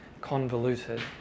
convoluted